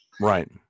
Right